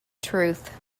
truth